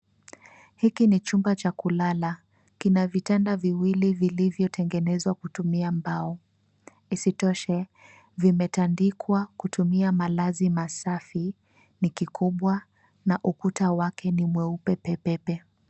Hiki ni chumba cha kulala, kina vitanda viwili vilivyotengenezwa kutumia mbao, isitoshe vimetandikwa kutumia malazi masafi, ni kikubwa na ukuta wake ni mweupe pe pe pe.